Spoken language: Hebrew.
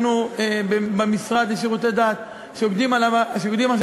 אנחנו במשרד לשירותי דת שוקדים עכשיו